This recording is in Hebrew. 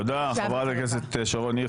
תודה, חברת הכנסת שרון ניר.